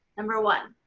number one.